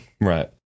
Right